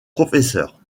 professeur